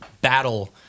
battle